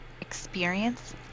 experience